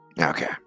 Okay